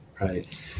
Right